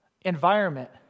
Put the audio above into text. environment